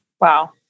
Wow